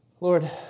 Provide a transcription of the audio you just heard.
Lord